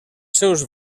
seus